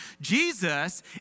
Jesus